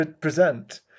present